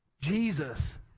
Jesus